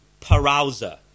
parousa